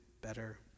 better